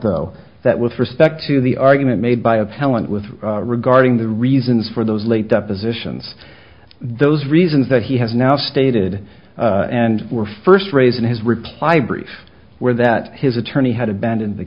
though that with respect to the argument made by appellant with regarding the reasons for those late depositions those reasons that he has now stated and were first raised in his reply brief where that his attorney had abandoned the